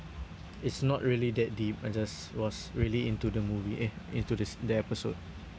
it's not really that deep I just was really into the movie eh into the sce~ the episode